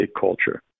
culture